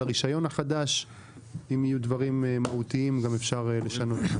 של הרישיון החדש ואם יהיו דברים מהותיים יהיה גם אפשר לשנות.